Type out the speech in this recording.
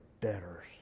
debtors